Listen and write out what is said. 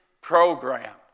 program